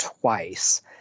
twice